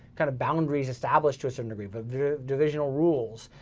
kind of boundaries, established to a certain degree, but the divisional rules.